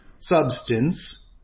substance